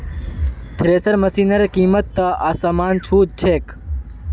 thresher मशिनेर कीमत त आसमान छू छेक